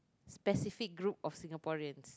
specific group of Singaporeans